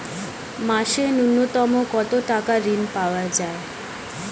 মাসে নূন্যতম কত টাকা ঋণ পাওয়া য়ায়?